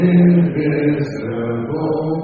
invisible